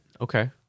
Okay